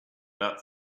that